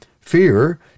Fear